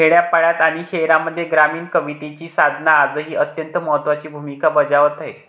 खेड्यापाड्यांत आणि शहरांमध्ये ग्रामीण कवितेची साधना आजही अत्यंत महत्त्वाची भूमिका बजावत आहे